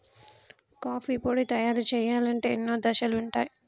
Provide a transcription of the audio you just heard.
coffee పొడి తయారు చేయాలంటే ఎన్నో దశలుంటయ్